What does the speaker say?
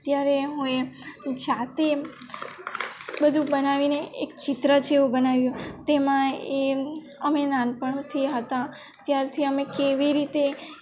ત્યારે હું એ જાતે એમ બધું બનાવીને એક ચિત્ર જેવું બનાવ્યું તેમાં એ અમે નાનપણથી હતા ત્યારથી અમે કેવી રીતે